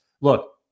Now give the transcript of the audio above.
Look